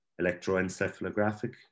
electroencephalographic